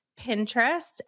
Pinterest